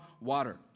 water